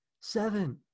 Seven